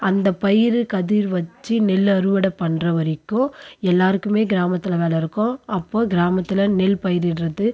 அந்த பயிர் கதிர் வச்சு நெல் அறுவடை பண்ணுற வரைக்கும் எல்லோருக்குமே கிராமத்தில் வேலை இருக்கும் அப்போது கிராமத்தில் நெல் பயிரிடுறது